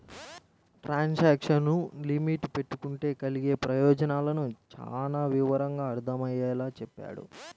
transaction limit పెట్టుకుంటే కలిగే ప్రయోజనాలను చానా వివరంగా అర్థమయ్యేలా చెప్పాడు